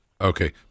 okay